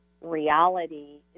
reality